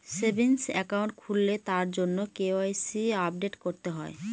savings account খুললে তার জন্য কে.ওয়াই.সি আপডেট করতে হয়